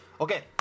Okay